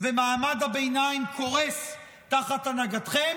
ומעמד הביניים קורס תחת הנהגתכם,